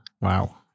Wow